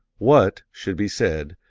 what should be said,